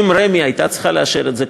אם רמ"י הייתה צריכה לאשר את זה,